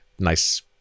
nice